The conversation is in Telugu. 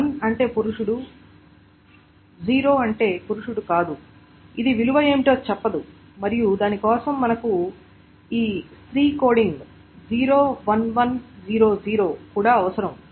ఇప్పుడు 1 అంటే పురుషుడు 0 అంటే పురుషుడు కాదు ఇది విలువ ఏమిటో చెప్పదు మరియు దాని కోసం మనకు ఈ స్త్రీ కోడింగ్ 01100 కూడా అవసరం